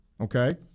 Okay